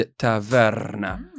taverna